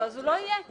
הוא לא יהיה.